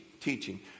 Teaching